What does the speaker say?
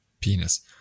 penis